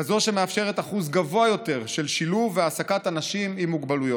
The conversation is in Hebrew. כזאת שמאפשרת אחוז גבוה יותר של שילוב והעסקת אנשים עם מוגבלויות.